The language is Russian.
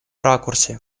ракурсе